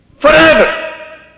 forever